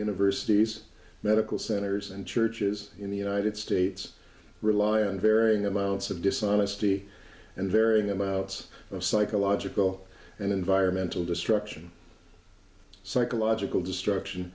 universities medical centers and churches in the united states rely on varying amounts of dishonesty and varying amounts of psychological and environmental destruction psychological destruction